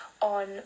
on